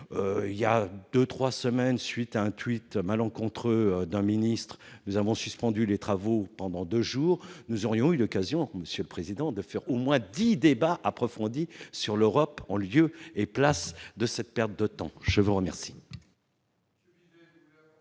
Pourtant, voilà trois semaines, à la suite du tweet malencontreux d'un ministre, nous avons suspendu nos travaux pendant deux jours. Nous aurions eu alors l'occasion, monsieur le président, de mener au moins dix débats approfondis sur l'Europe en lieu et place de cette perte de temps. La parole